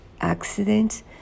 accident